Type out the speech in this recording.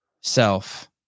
self